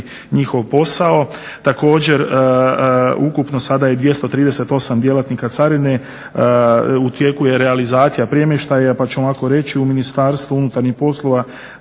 njihov posao. Također ukupno sada je 238 djelatnika carine. U tijeku je realizacija premještaja pa ću vam reći u Ministarstvu unutarnjih poslova